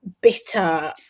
bitter